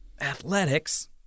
athletics